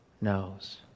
knows